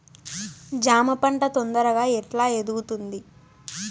జామ పంట తొందరగా ఎట్లా ఎదుగుతుంది?